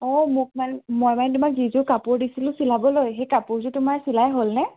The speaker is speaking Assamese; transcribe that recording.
অঁ মোক মানে মই মানে তোমাক যিযোৰ কাপোৰ দিছিলোঁ চিলাবলৈ সেই কাপোৰযোৰ তোমাৰ চিলাই হ'ল নে